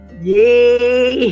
Yay